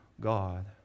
God